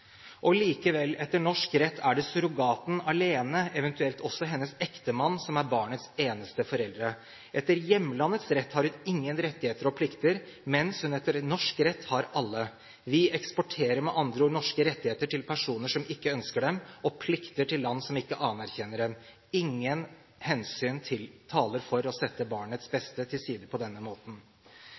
foreldre. Likevel: Etter norsk rett er det surrogaten alene, eventuelt også hennes ektemann, som er barnets eneste foreldre. Etter hjemlandets rett har hun ingen rettigheter og plikter, mens hun etter norsk rett har alle. Vi eksporterer med andre ord norske rettigheter til personer som ikke ønsker dem, og plikter til land som ikke anerkjenner dem. Ingen hensyn taler for å sette barnets beste til side på denne måten.